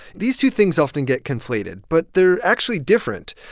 these two things often get conflated, but they're actually different.